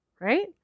Right